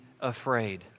afraid